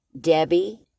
Debbie